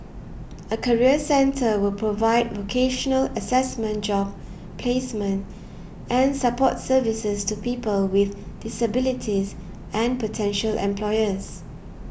a career centre will provide vocational assessment job placement and support services to people with disabilities and potential employers